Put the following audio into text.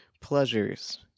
pleasures